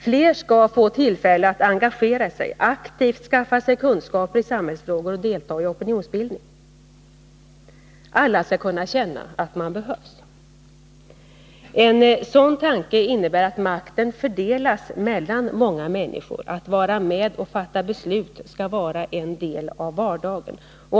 Fler skall få tillfälle att engagera sig, aktivt skaffa sig kunskaper i samhällsfrågor och delta i opinionsbildning. Alla skall kunna känna att de behövs. En sådan tanke innebär att makten fördelas mellan många människor. Att vara med och fatta beslut skall vara en del av vardagen.